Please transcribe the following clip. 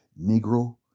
Negro